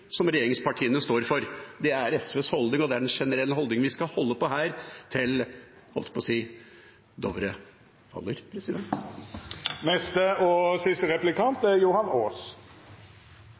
som regjeringspartiene står for. Det er SVs holdning, og det er den generelle holdningen vi skal holde på her til – jeg holdt på å si – Dovre faller. Representanten Nævra klamrer seg til rapporten fra Statens vegvesen om å bruke to- og